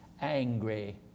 angry